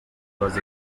was